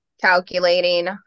calculating